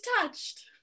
touched